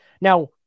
Now